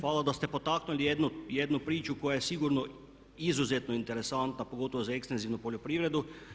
Hvala da ste potaknuli jednu priču koja je sigurno izuzetno interesantna, pogotovo za ekstenzivnu poljoprivredu.